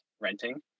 renting